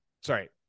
Sorry